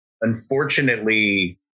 Unfortunately